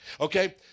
Okay